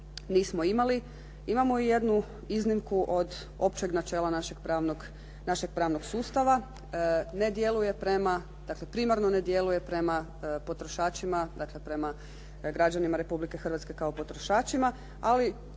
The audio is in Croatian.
nismo imali. Imamo i jednu iznimku od općeg načela našeg pravnog sustava. Ne djeluje prema, dakle primarno ne djeluje prema potrošačima. Dakle, prema građanima Republike Hrvatske kao potrošačima. Ali